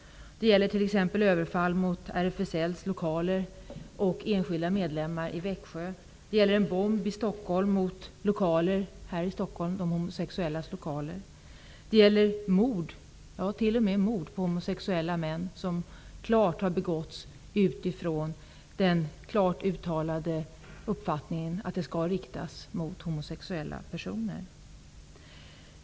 Det gäller t.ex. överfall mot RFSL:s lokaler och enskilda medlemmar i Växjö. Det gäller en bomb mot de homosexuellas lokaler här i Stockholm. Det gäller t.o.m. mord på homosexuella män -- mord som helt klart har begåtts utifrån den klart uttalade uppfattningen att det här skall riktas mot homosexuella personer.